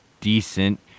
decent